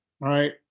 right